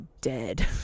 dead